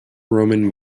roman